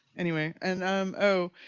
anyway and um oh,